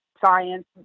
science